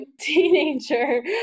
teenager